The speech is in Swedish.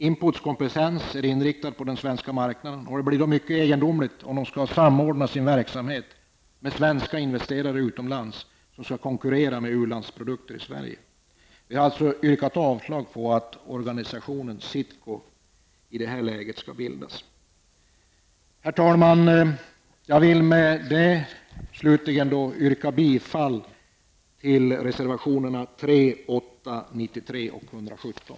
IMPODs kompetens är inriktad på den svenska marknaden, och det blir mycket egendomligt om importkontoret skall samordna sin verksamhet med svenska investerare utomlands som skall konkurrera med u-landsprodukter i Sverige. Vi har därför yrkat avslag på att organisationen SITCO skall bildas i detta läge. Herr talman! Jag vill med detta slutligen yrka bifall till reservationerna 3, 8, 93 och 117.